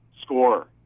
score